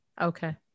Okay